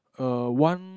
err one